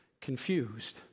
confused